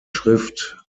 schrift